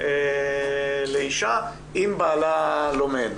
לאישה אם בעלה לומד.